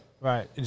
Right